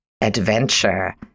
adventure